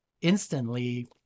instantly